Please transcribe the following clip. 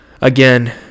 Again